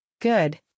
Good